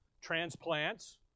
Transplants